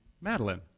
Madeline